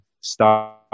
start